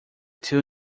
two